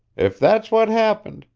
if that's what happened,